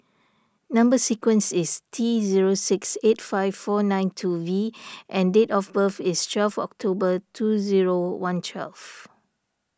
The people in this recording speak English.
Number Sequence is T zero six eight five four nine two V and date of birth is twelve October two zero one twelve